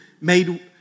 made